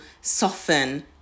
soften